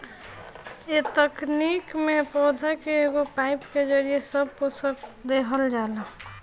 ए तकनीक में पौधा के एगो पाईप के जरिये सब पोषक देहल जाला